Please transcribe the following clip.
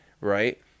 right